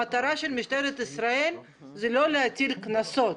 המטרה של משטרת ישראל אינה להטיל קנסות,